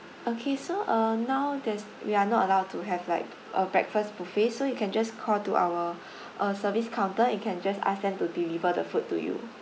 okay so uh now that we are not allowed to have like a breakfast buffet so you can just call to our uh service counter you can just ask them to deliver the food to you